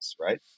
right